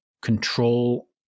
control